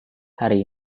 hari